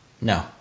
No